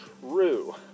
true